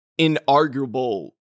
inarguable